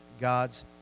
God's